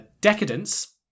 decadence